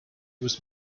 was